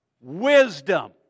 wisdom